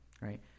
right